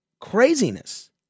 craziness